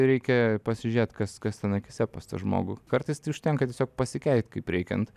reikia pasižiūrėt kas kas ten akyse pas tą žmogų kartais tai užtenka tiesiog pasikeikt kaip reikiant